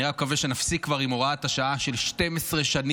אני רק מקווה שנפסיק כבר עם הוראת השעה של 12 שנים,